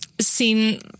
seen